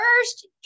first